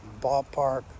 ballpark